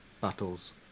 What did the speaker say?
battles